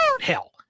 Hell